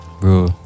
Bro